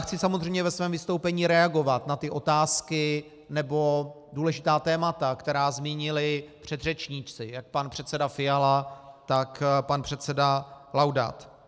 Chci samozřejmě ve svém vystoupení reagovat na ty otázky nebo důležitá témata, která zmínili předřečníci, jak pan předseda Fiala, tak pan předseda Laudát.